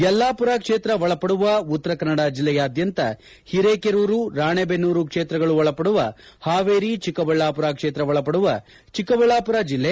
ಯಲ್ಲಾಪುರ ಕ್ಷೇತ್ರ ಒಳಪಡುವ ಉತ್ತರ ಕನ್ನಡ ಜಲ್ಲೆಯಾದ್ಧಂತ ಹಿರೇಕೆರೂರು ರಾಣೆಬೆನ್ನೂರು ಕ್ಷೇತ್ರಗಳು ಒಳಪಡುವ ಹಾವೇರಿ ಚಿಕ್ಕಬಳ್ಳಾಪುರ ಕ್ಷೇತ್ರ ಒಳಪಡುವ ಚಿಕ್ಕಬಳ್ಳಾಪುರ ಜಿಲ್ಲೆ